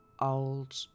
old